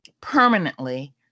permanently